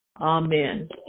amen